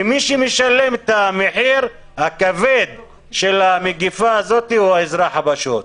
מי שמשלם את המחיר הכבד של המגפה הזאת הוא האזרח הפשוט.